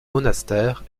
monastère